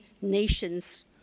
nations